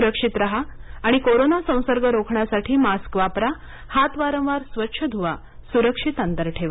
सुरक्षित राहा आणि कोरोना संसर्ग रोखण्यासाठी मास्क वापरा हात वारंवार स्वच्छ धुवा सुरक्षित अंतर ठेवा